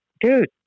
dude